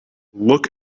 look